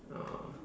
oh